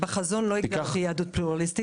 בחזון לא הגדרתי יהדות פלורליסטית.